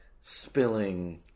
spilling